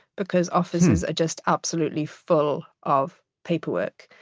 because offices are just absolutely full of paperwork.